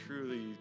truly